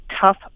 Tough